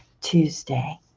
Tuesday